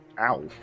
Ow